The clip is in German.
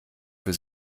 für